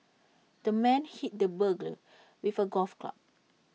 the man hit the burglar with A golf club